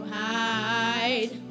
hide